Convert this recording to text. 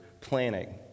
planning